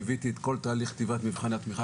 ליוויתי את כל תהליך כתיבת מבחן הכתיבה,